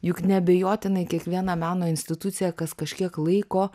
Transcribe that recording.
juk neabejotinai kiekviena meno institucija kas kažkiek laiko